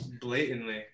blatantly